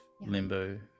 limbo